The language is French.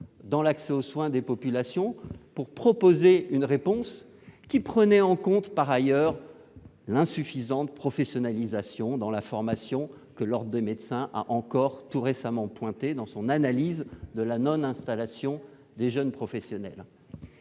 d'accès aux soins des populations. Elle prendrait par ailleurs en compte l'insuffisante professionnalisation dans la formation que l'Ordre des médecins a encore tout récemment relevée dans son analyse de la non-installation des jeunes professionnels